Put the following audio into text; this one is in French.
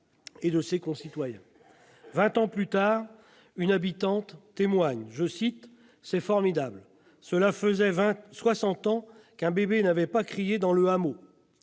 et de ses concitoyens. Vingt ans plus tard, une habitante témoigne :« C'est formidable, cela faisait soixante ans qu'un bébé n'avait pas crié dans le hameau ».